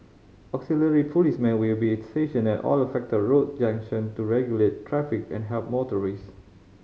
Auxiliary policemen will be stationed at all affected road junction to regulate traffic and help motorist